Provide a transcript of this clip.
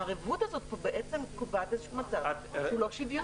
הערבות קובעת מצב לא שוויוני.